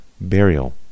burial